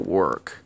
work